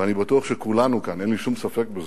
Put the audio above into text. ואני בטוח שכולנו כאן, אין לי שום ספק בזה,